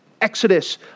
Exodus